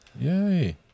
Yay